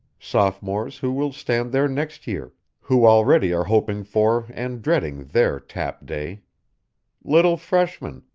sophomores who will stand there next year, who already are hoping for and dreading their tap day little freshmen,